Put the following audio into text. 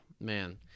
man